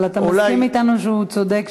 אבל אתה מסכים אתנו שהוא צודק,